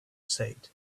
said